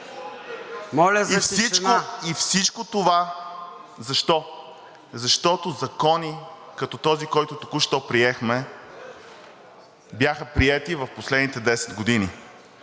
И всичко това защо? Защото закони като този, който току-що приехме, бяха приети в последните 10 години.